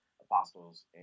apostles